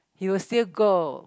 he would still go